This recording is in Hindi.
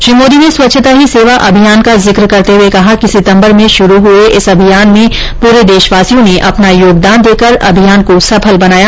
श्री मोदी ने स्वच्छता ही सेवा अभियान का जिक करते हए कहा कि सितम्बर में शुरू हए इस अभियान में पूरे देशवासियों ने अपना योगदान देकर अभियान को सफल बनाया